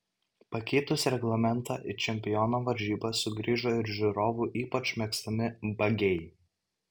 pakeitus reglamentą į čempionato varžybas sugrįžo ir žiūrovų ypač mėgstami bagiai